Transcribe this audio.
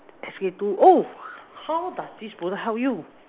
S_K two oh how does this product help you